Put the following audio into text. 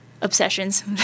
obsessions